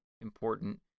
important